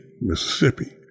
Mississippi